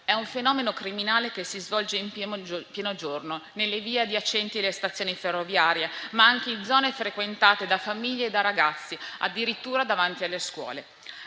È un fenomeno criminale che si svolge in pieno giorno nelle vie adiacenti alle stazioni ferroviarie, ma anche in zone frequentate da famiglie e da ragazzi, addirittura davanti alle scuole.